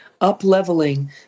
up-leveling